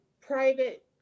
private